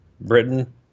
Britain